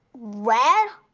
rad?